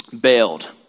bailed